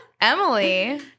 Emily